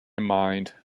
mind